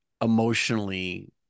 emotionally